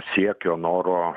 siekio noro